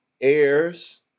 heirs